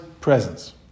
presence